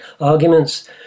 Arguments